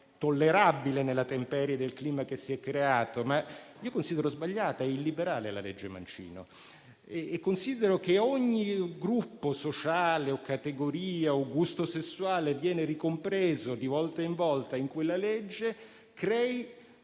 tollerabile nella temperie del clima che si è creato, ma io considero sbagliata e illiberale la legge Mancino e ritengo che ogni gruppo sociale o categoria o gusto sessuale viene ricompreso di volta in volta in quella legge crei